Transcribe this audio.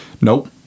Nope